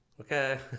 Okay